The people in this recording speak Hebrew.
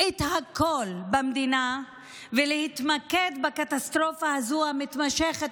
את הכול במדינה ולהתמקד בקטסטרופה המתמשכת,